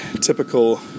typical